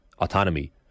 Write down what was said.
autonomy